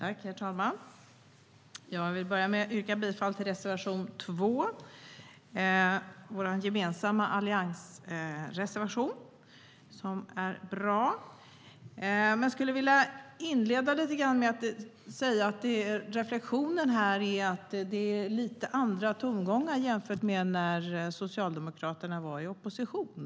Herr talman! Jag vill börja med att yrka bifall till reservation 2. Det är vår gemensamma alliansreservation, och den är bra. Min reflektion är att det nu är lite andra tongångar jämfört med när Socialdemokraterna var i opposition.